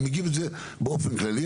אני מגיב לזה באופן כללי,